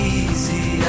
easy